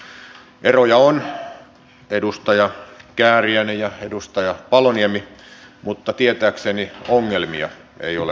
eroja on edustaja kääriäinen ja edustaja paloniemi mutta tietääkseni ongelmia ei ole ollut